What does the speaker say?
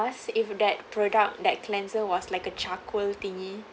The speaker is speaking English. if that product that cleanser was like a charcoal thingy